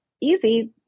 easy